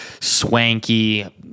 swanky